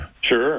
Sure